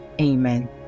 Amen